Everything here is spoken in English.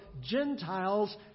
Gentiles